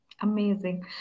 Amazing